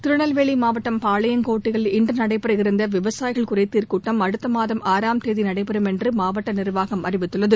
திருநெல்வேலி மாவட்டம் பாளையங்கோட்டையில் இன்று நடைபெற இருந்த விவசாயிகள் குறைதீர் கூட்டம் அடுத்த மாதம் ஆறாம் தேதி நடைபெறும் என்று மாவட்ட நிர்வாகம் அறிவித்துள்ளது